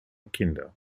kinder